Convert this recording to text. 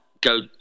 go